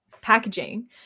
packaging